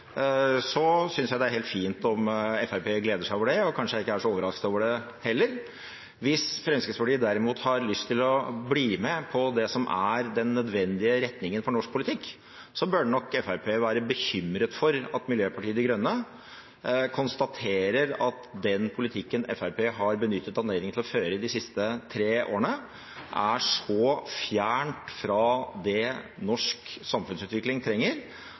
så overrasket heller. Hvis Fremskrittspartiet derimot har lyst til å bli med på det som er den nødvendige retningen for norsk politikk, bør nok Fremskrittspartiet være bekymret for at Miljøpartiet De Grønne konstaterer at den politikken som Fremskrittspartiet har benyttet anledningen til å føre de siste tre årene, er så fjernt fra det norsk samfunnsutvikling trenger,